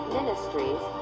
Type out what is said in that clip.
ministries